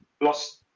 lost